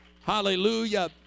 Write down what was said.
Hallelujah